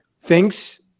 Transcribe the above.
thinks